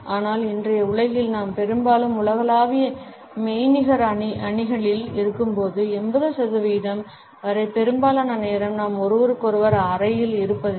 ஆனால் இன்றைய உலகில் நாம் பெரும்பாலும் உலகளாவிய மெய்நிகர் அணிகளில் இருக்கும்போது 80 சதவிகிதம் வரை பெரும்பாலான நேரம் நாம் ஒருவருக்கொருவர் அறையில் இருப்பதில்லை